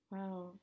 Wow